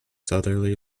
southerly